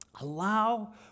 Allow